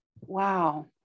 Wow